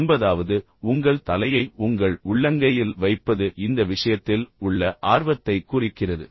ஒன்பதாவது உங்கள் தலையை உங்கள் உள்ளங்கையில் வைப்பது இந்த விஷயத்தில் உள்ள ஆர்வத்தைக் குறிக்கிறது